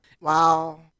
Wow